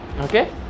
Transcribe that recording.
okay